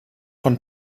von